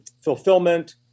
fulfillment